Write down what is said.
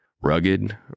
Rugged